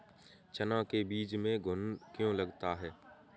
चना के बीज में घुन क्यो लगता है?